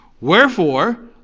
Wherefore